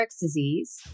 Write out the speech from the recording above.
disease